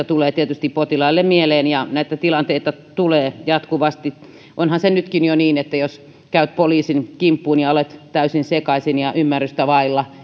tulee tietysti potilaille mieleen ja näitä tilanteita tulee jatkuvasti onhan se nytkin jo niin että jos käyt poliisin kimppuun ja olet täysin sekaisin ja ymmärrystä vailla